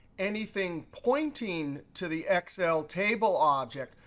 anything pointing to the excel table object,